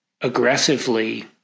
aggressively